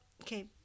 okay